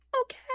Okay